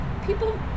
people